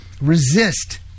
resist